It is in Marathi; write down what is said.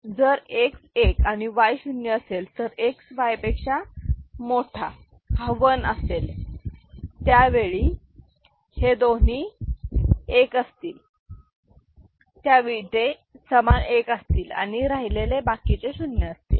जर X एक आणि Y शून्य असेल तर X Y पेक्षा मोठा हा 1 असेल आणि ज्यावेळी हे दोन्ही एक असतील त्यावेळी ते समान 1 असतील आणि राहिलेले बाकीचे शून्य असतील